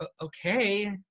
okay